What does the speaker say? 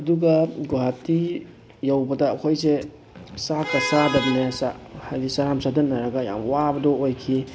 ꯑꯗꯨꯒ ꯒꯧꯍꯥꯇꯤ ꯌꯧꯕꯗ ꯑꯩꯈꯣꯏꯁꯦ ꯆꯥꯛꯀ ꯆꯥꯗꯕꯅꯦ ꯆꯥꯛ ꯍꯥꯏꯗꯤ ꯆꯥꯔꯥꯝ ꯆꯗꯠꯅꯔꯒ ꯌꯥꯝ ꯋꯥꯕꯗꯣ ꯑꯣꯏꯈꯤ